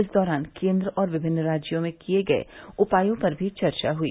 इस दौरान केंद्र और विभिन्न राज्यों में किए गए उपायों पर भी चर्चा हुई